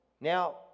now